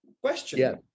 question